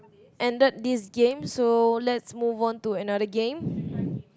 ended this game so let's move on to another game